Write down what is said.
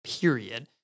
period